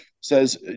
says